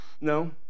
No